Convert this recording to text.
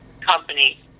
company